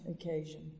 occasion